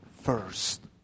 first